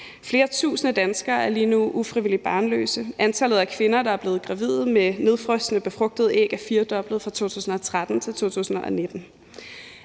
Flere tusinde danskere er lige nu ufrivilligt barnløse. Antallet af kvinder, der er blevet gravide med nedfrosne, befrugtede æg er firedoblet fra 2013 til 2019.